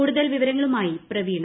കൂടുതൽ വിവരങ്ങളുമായി പ്രവീണ